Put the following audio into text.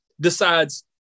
decides